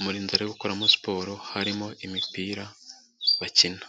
mu nzu ari gukureramo siporo harimo imipira bakina.